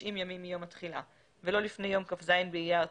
ימים מיום התחילה ולא לפני כ"ז באייר התשע"ט,